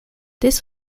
this